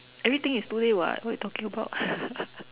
everything is two day [what] what you talking about